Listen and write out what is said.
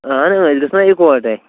اَہنو أسی گَژھو نا اِکوٹے